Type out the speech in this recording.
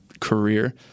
career